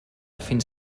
fins